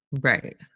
Right